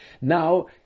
Now